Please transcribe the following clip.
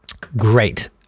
great